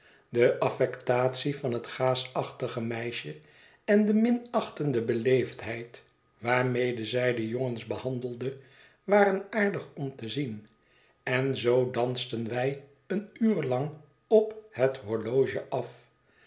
de affectatie van het gaasachtige meisje en de minachtende beleefdheid waarmede zij de jongens behandelde waren aardig om te zien en zoo dansten wij een uur lang op het horloge af